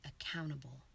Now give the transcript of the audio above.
accountable